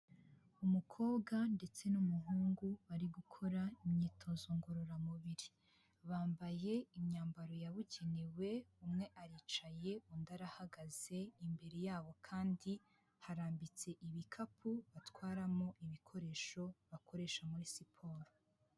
Umukobwa ndetse n'umuhungu bari gukora imyitozo ngororamubiri, bambaye imyambaro yabugenewe, umwe aricaye undi arahagaze, imbere yabo kandi harambitse ibikapu batwaramo ibikoresho, bakoresha muri siporo.